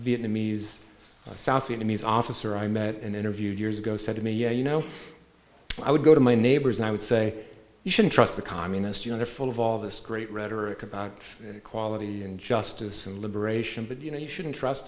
vietnamese south vietnamese officer i met and interviewed years ago said to me yeah you know i would go to my neighbors and i would say you shouldn't trust a communist you know they're full of all this great rhetoric about equality and justice and liberation but you know you shouldn't trust